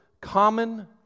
common